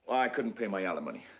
i couldn't pay my alimony.